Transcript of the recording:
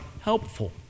helpful